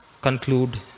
conclude